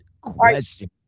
question